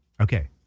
Okay